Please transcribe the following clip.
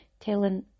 Telling